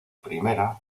primera